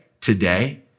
today